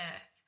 earth